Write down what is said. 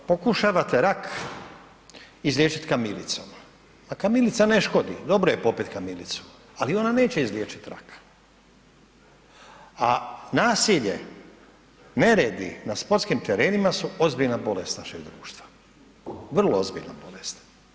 Vi pokušavate rak izliječiti kamilicom, a kamilica ne škodi, dobro je popiti kamilicu, ali ona neće izliječiti rak, a nasilje, neredi na sportskim terenima su ozbiljna bolest našeg društva, vrlo ozbiljna bolest.